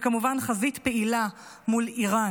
וכמובן חזית פעילה מול איראן,